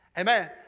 Amen